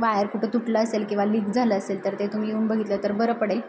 wire कुठं तुटलं असेल किंवा लीक झालं असेल तर ते तुम्ही येऊन बघितलं तर बरं पडेल